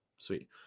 Sweet